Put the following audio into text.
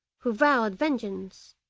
who vowed vengeance.